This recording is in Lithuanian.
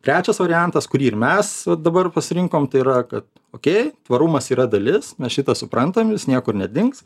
trečias variantas kurį ir mes dabar pasirinkom tai yra kad okei tvarumas yra dalis mes šitą suprantam jis niekur nedings